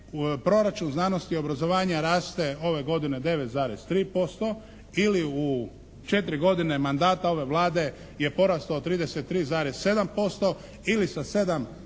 Proračun znanosti i obrazovanja raste ove godine 9,3% ili u četiri godine mandata ove Vlade je porastao 33,7% ili sa 7,8